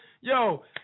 Yo